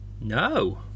No